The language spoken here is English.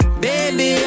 baby